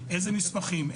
יש שם 500 עסקים,